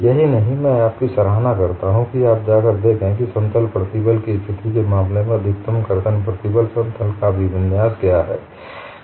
यही नहीं मैं आपकी सराहना करता हूं कि आप जाकर देखें कि समतल प्रतिबल की स्थिति के मामले में अधिकतम कर्तन प्रतिबल समतल का अभिविन्यास क्या है